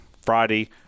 Friday